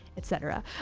et cetera.